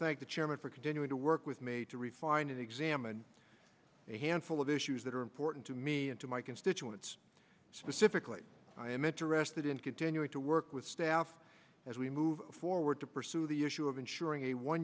thank the chairman for continuing to work with made to refine and examine a handful of issues that are important to me and to my constituents specifically i am interested in continuing to work with staff as we move forward to pursue the issue of insuring a one